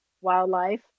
wildlife